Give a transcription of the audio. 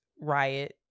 riot